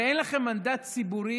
הרי אין לכם מנדט ציבורי